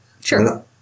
Sure